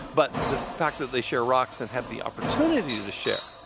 but the fact that they share rocks and have the opportunity to share,